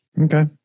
Okay